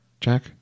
Jack